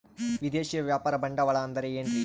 ವಿದೇಶಿಯ ವ್ಯಾಪಾರ ಬಂಡವಾಳ ಅಂದರೆ ಏನ್ರಿ?